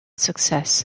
success